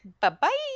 bye-bye